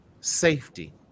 safety